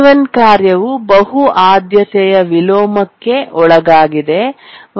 T1 ಕಾರ್ಯವು ಬಹು ಆದ್ಯತೆಯ ವಿಲೋಮಕ್ಕೆ ಒಳಗಾಗಿದೆ